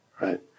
right